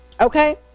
Okay